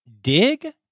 dig